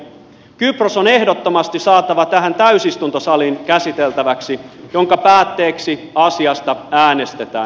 kypros on ehdottomasti saatava tähän täysistuntosaliin käsiteltäväksi minkä päätteeksi asiasta äänestetään